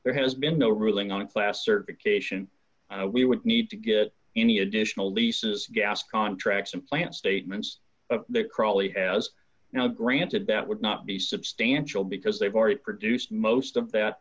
there has been no ruling on class certification we would need to get any additional leases gas contracts implant statements that crawley has now granted that would not be substantial because they've already produced most of that